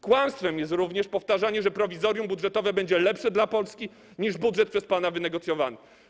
Kłamstwem jest również powtarzanie, że prowizorium budżetowe będzie lepsze dla Polski niż budżet przez pana wynegocjowany.